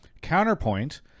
Counterpoint